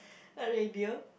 a radio